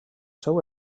seu